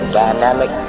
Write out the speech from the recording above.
dynamic